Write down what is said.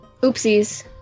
Oopsies